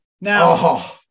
Now